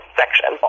section